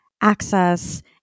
access